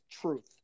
truth